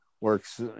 works